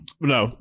No